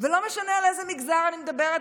ולא משנה על איזה מגזר אני מדברת,